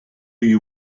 you